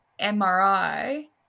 mri